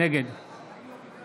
נגד